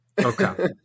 Okay